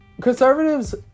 Conservatives